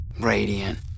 Radiant